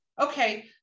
okay